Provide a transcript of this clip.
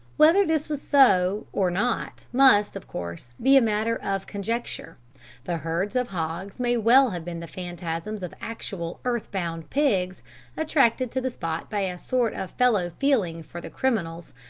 whether this was so or not must, of course, be a matter of conjecture the herd of hogs may well have been the phantasms of actual earth-bound pigs attracted to the spot by a sort of fellow-feeling for the criminals,